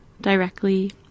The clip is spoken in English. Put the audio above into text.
directly